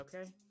okay